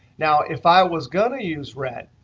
now, if i was going to use red,